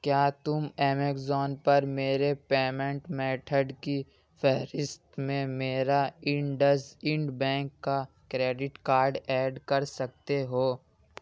کیا تم ایمیزون پرمیرے پیمینٹ میتھڈ کی فہرست میں میرا انڈس انڈ بینک کا کریڈٹ کارڈ ایڈ کر سکتے ہو